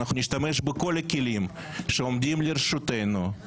אנחנו נשתמש בכל הכלים שעומדים לרשותנו,